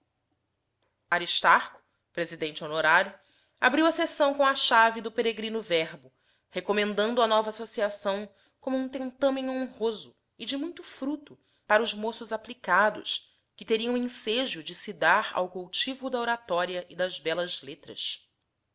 aristarco presidente honorário abriu a sessão com a chave do peregrino verbo recomendando a nova associação como um tentame honroso e de muito fruto para os moços aplicados que teriam ensejo de se dar ao cultivo da oratória e das